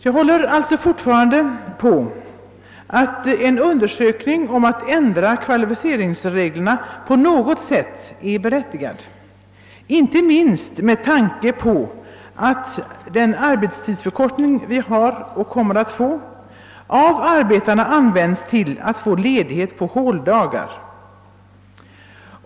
Jag håller alltså fortfarande på att en undersökning i någon form rörande ändring av kvalificeringsreglerna är berättigad, inte minst med tanke på att den arbetstidsförkortning vi har och kommer att få av arbetarna används för att få ledighet på håldagar.